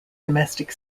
domestic